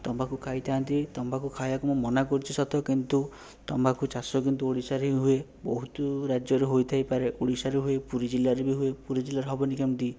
ତମ୍ବାଖୁ ଖାଇଥାନ୍ତି ତମ୍ବାଖୁ ଖାଇବାକୁ ମୁଁ ମନା କରୁଛି ସତ କିନ୍ତୁ ତମ୍ବାଖୁ ଚାଷ କିନ୍ତୁ ଓଡ଼ିଶାରେ ହିଁ ହୁଏ ବହୁତ ରାଜ୍ୟରେ ହୋଇଥାଇ ପାରେ ଓଡ଼ିଶାରେ ହୁଏ ପୁରୀ ଜିଲ୍ଲାରେ ବି ହୁଏ ପୁରୀ ଜିଲ୍ଲାରେ ହେବନି କେମିତି